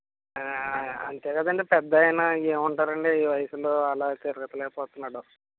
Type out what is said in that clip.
అంతే కదండీ పెద్దాయన ఏ ఉంటారండి ఈ వయసులో అలా తిరెత్తాలే పోతున్నాడు